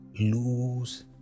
lose